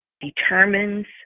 determines